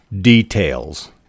details